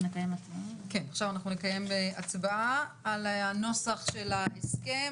נקיים הצבעה על נוסח ההסכם.